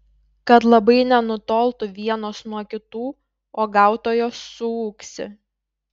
kad labai nenutoltų vienos nuo kitų uogautojos suūksi